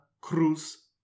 Cruz